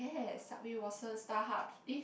Waston Starhub eh